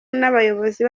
n’abayobozi